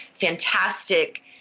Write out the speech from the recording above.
fantastic